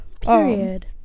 Period